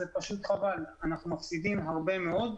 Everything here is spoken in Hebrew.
זה פשוט חבל כי אנחנו מפסידים הרבה מאוד.